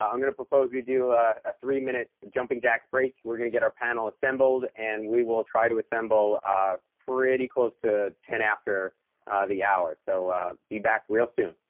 um i'm going to propose, you do a three minute jumping jacks break we're going to get our panel assembled and we will try to assemble pretty close to after the hour, so be back real soon.